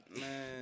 Man